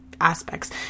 aspects